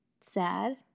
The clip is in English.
sad